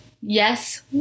yes